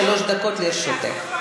שלוש דקות לרשותך.